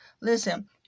Listen